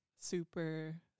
super